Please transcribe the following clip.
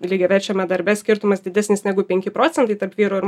lygiaverčiame darbe skirtumas didesnis negu penki procentai tarp vyrų ir